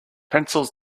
pencils